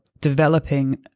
developing